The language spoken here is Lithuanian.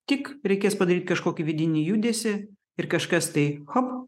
tik reikės padaryt kažkokį vidinį judesį ir kažkas tai hop